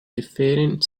deafening